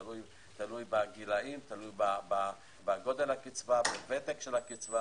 תלוי בגילאים, תלוי בגודל הקצבה, בוותק הקצבה